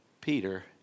Peter